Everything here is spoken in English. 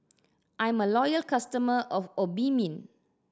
I'm a loyal customer of Obimin